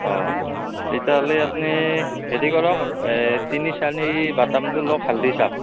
অঁ তেতিয়াহ'লে আপুনি হেৰি কৰক এই তিনি চাৰি বাটামটো লওক হালধি চাপ